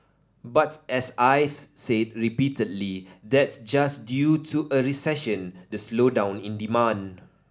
but as I've said repeatedly that's just due to a recession the slowdown in demand